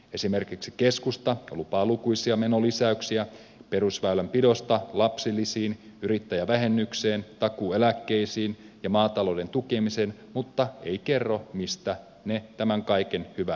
esimerkiksi keskusta lupaa lukuisia menolisäyksiä perusväylänpidosta lapsilisiin yrittäjävähennykseen takuueläkkeisiin ja maatalouden tukemiseen mutta ei kerro mistä ne tämän kaiken hyvän rahoittaisivat